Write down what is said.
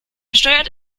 steuert